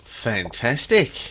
Fantastic